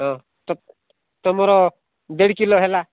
ହଁ ତ ତମର ଦେଢ଼ କିଲୋ ହେଲା